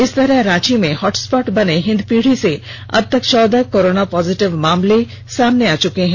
इस तरह रांची में हॉटस्पॉट बने हिंदपीढ़ी से अबतक चौदह कोरोना पॉजिटिव मामले सामने आ चुके हैं